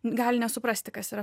gali nesuprasti kas yra